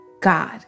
god